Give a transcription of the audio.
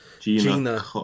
Gina